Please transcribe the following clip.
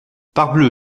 parbleu